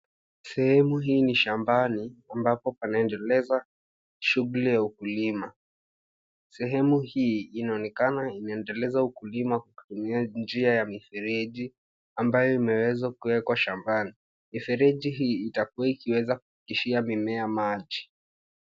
Sehemu hii ni shambani ambapo panaendeleza shughuli ya ukulima. Sehemu hii inaonekana inaendeleza ukulima kwa kutumia njia ya mifereji ambayo imeweza kuwekwa shambani. Mifereji hii itakua ikiweza kufikishia mimea maji.